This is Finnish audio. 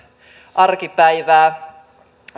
arkipäivää